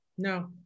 no